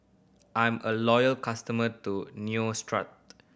I'm a loyal customer to Neostrata